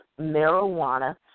marijuana